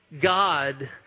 God